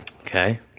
Okay